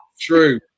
True